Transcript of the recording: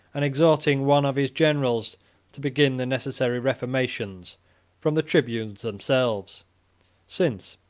and exhorting one of his generals to begin the necessary reformation from the tribunes themselves since,